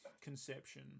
conception